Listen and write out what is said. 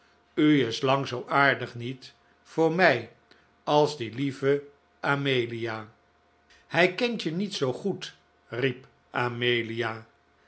u is lang zoo aardig niet voor mij als die lieve amelia hij kent je niet zoo goed riep amelia